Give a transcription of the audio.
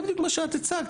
זה בדיוק מה שאת הצעת,